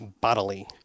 Bodily